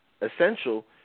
essential